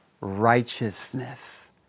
Righteousness